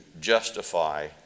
justify